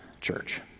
church